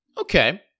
okay